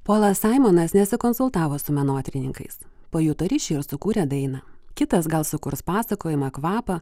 polas aimanas nesikonsultavo su menotyrininkais pajuto ryšį ir sukūrė dainą kitas gal sukurs pasakojamą kvapą